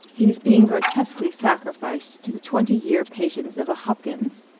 he was being grotesquely sacrificed to the twenty-year patience of a hopkins!